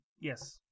yes